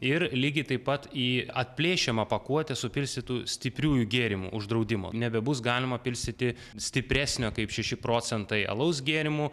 ir lygiai taip pat į atplėšiamą pakuotę supilstytų stipriųjų gėrimų uždraudimo nebebus galima pilstyti stipresnio kaip šeši procentai alaus gėrimų